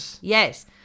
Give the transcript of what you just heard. Yes